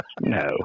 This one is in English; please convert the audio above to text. no